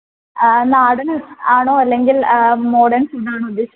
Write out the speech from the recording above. നാടൻ ആണോ അല്ലെങ്കിൽ മോഡേൺ ഫുഡ് ആണോ ഉദ്ദേശിക്കുന്നത്